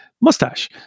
mustache